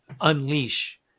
unleash